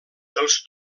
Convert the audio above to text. els